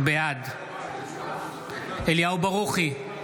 בעד אליהו ברוכי,